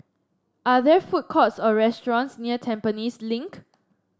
are there food courts or restaurants near Tampines Link